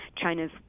China's